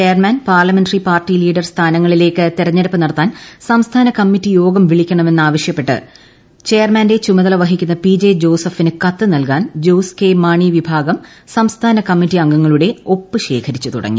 chairman parliamentary party leader സ്ഥാനങ്ങളിലേക്ക് തിരഞ്ഞെടുപ്പ് നടത്താൻ സംസ്ഥാന കമ്മിറ്റി യോഗം വിളിക്കണമെന്നാവശൃപ്പെട്ട് ചെയർമാന്റെ ചുമതല വഹിക്കുന്ന പി ജെ ജോസഫിന് കത്ത്പുനൽകാൻ ജോസ് കെ മാണി വിഭാഗം സംസ്ഥാന കമ്മിറ്റി ്യൂക്കുംങ്ങളുടെ ഒപ്പു ശേഖരിച്ചു തുടങ്ങി